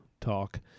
talk